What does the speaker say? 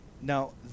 Now